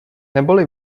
neboli